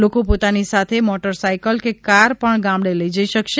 લોકો પોતાની સાથે મોટર સાઈકલ કે કાર પણ ગામડે લઇ જઈ શકશે